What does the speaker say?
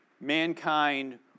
mankind